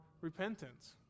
repentance